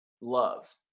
love